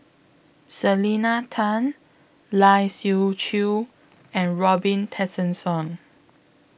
Selena Tan Lai Siu Chiu and Robin Tessensohn